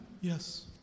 Yes